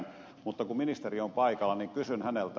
mutta kun ministeri on paikalla niin kysyn häneltä